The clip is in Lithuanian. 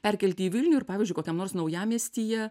perkelti į vilnių ir pavyzdžiui kokiam nors naujamiestyje